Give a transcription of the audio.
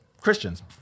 Christians